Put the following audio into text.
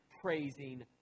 praising